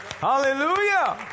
Hallelujah